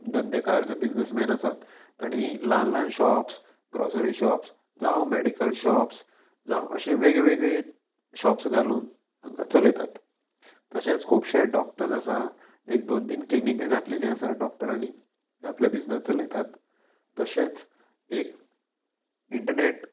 धंदेकार जे बिजनसमॅन आसात तांणी ल्हान ल्हान शॉप्स ग्रोसरी शॉप्स जावं मेडिकल शॉप्स जावं अशी वेगवेगळी शॉप्स घालून चलयतात तशेंच खुबशे डॉक्टर्स आसा एक दोन तीन क्लिनीक घातलेली आसा डॉक्टरांनी ते आपले बिजनस चलयतात तशेंच एक इंटरनेट